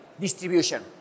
distribution